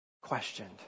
questioned